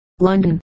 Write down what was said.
London